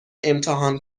امتحان